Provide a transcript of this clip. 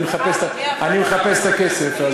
אני מחפש את הכסף.